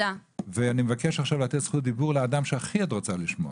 אני מבקש עכשיו לתת זכות דיבור לאדם שהכי את רוצה לשמוע.